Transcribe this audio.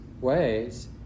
ways